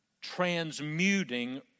transmuting